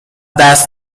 دست